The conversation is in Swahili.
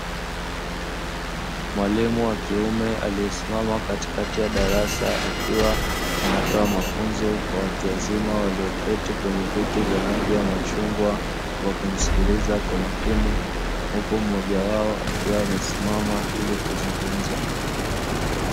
Mwalimu wa kiume aliyesimama katikati ya darasa, akiwa anatoka mafunzo kwa watu wazima walioketi kwenye viti vya rangi ya machungwa, wakimsikiliza kwa makini huku mmoja wao akiwa amesimama ili kuzungumza.